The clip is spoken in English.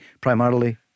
primarily